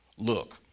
Look